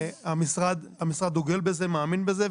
המשרד דוגל בזה, מאמין בזה.